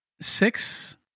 six